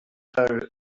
then